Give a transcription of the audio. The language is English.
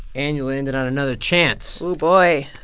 and you landed on another chance oh, boy